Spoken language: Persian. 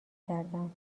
کردم